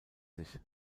sich